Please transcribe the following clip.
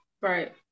Right